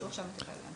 שעכשיו הוא מטפל בהם.